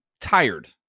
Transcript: tired